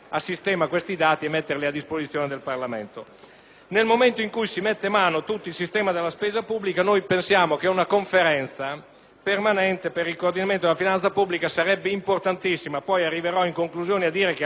Nel momento in cui si mette mano a tutto il sistema della spesa pubblica pensiamo che una conferenza permanente per il coordinamento della finanza pubblica sarebbe importantissima (in conclusione arriverò a dire che il Governo, nei fatti, dovrà farla).